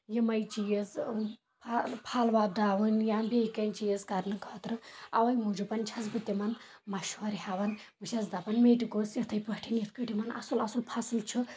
یِمے چیٖز پھل پھل وۄپداوٕنۍ یا بیٚیہِ کیٚاہ چیٖز کرنہٕ خٲطرٕ اَوے موٗجوٗبن چھَس بہٕ تِمن مشور ہیٚوان بہٕ چھَس دَپان مےٚ تہِ گوٚژھ یتھٕے پٲٹھۍ یَتھ پٲٹھۍ یِمن اَصٕل اَصٕل فصٕل چھُ